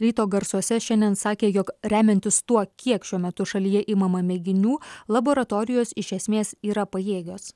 ryto garsuose šiandien sakė jog remiantis tuo kiek šiuo metu šalyje imama mėginių laboratorijos iš esmės yra pajėgios